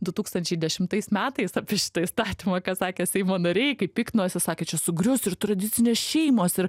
du tūkstančiai dešimtais metais apie šitą įstatymą ką sakė seimo nariai kaip piktinosi sakė čia sugrius ir tradicinės šeimos ir